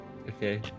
Okay